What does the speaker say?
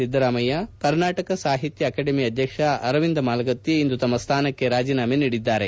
Siddaramaiah Karnataka Sahitya academy ಅಧ್ಯಕ್ಷ ಅರವಿಂದ ಮಾಲಗತ್ತಿ ಇಂದು ತಮ್ಮ ಸ್ಥಾನಕ್ಕೆ ರಾಜೀನಾಮೆ ನೀಡಿದ್ದಾರೆ